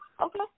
Okay